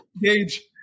Gage